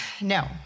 no